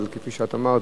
אבל כפי שאמרת,